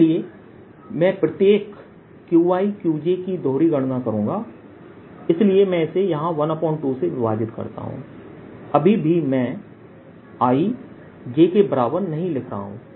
इसलिए मैं प्रत्येक QiQj की दोहरी गणना करूंगा इसलिए मैं इसे यहां ½ से विभाजित करता हूं अभी भी मैं i j के बराबर i≠j नहीं रख रहा हूँ